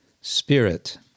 spirit